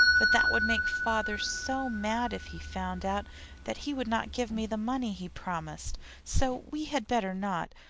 but that would make father so mad if he found out that he would not give me the money he promised so we had better not,